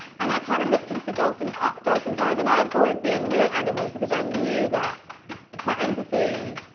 and i kinda looked into the dolphin's ah dolphin's eyes. and i avoid being near animals because i knew that my empathy.